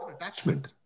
attachment